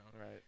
Right